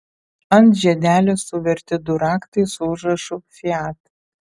ant žiedelio suverti du raktai su užrašu fiat